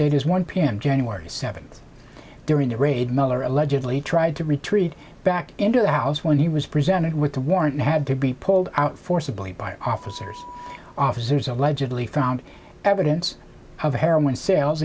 date is one p m january seventh during the raid miller allegedly tried to retreat back into the house when he was presented with the warrant had to be pulled out forcibly by officers officers allegedly found evidence of heroin sales